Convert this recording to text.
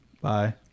Bye